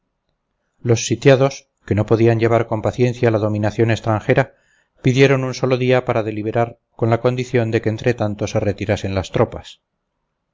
los sitiados que no podían llevar con paciencia la dominación extranjera pidieron un solo día para deliberar con la condición de que entretanto se retirasen las tropas